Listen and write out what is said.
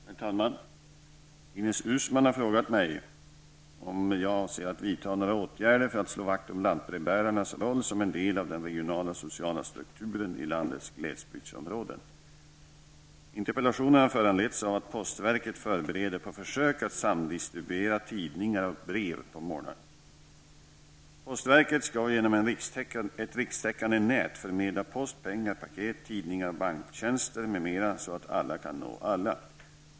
Herr talman! Ines Uusmann har frågat mig om jag avser att vidta några åtgärder för att slå vakt om lantbrevbärarnas roll som en del av den regionala och sociala strukturen i landets glesbygdsområden. Interpellationen har föranletts av att postverket på försök förbereder att samdistribuera tidningar och brev på morgonen. Postverket skall genom ett rikstäckande nät förmedla post, pengar, paket, tidningar och banktjänster, m.m. så att alla kan nå alla.